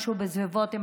משהו בסביבות 4,500,